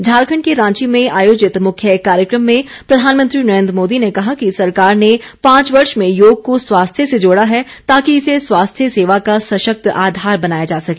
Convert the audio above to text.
झारखंड के रांची में आयोजित मुख्य कार्यक्रम में प्रधानमंत्री नरेन्द्र मोदी ने कहा कि सरकार ने पांच वर्ष में योग को स्वास्थ्य से जोड़ा है ताकि इसे स्वास्थ्य सेवा का सशक्त आधार बनाया जा सके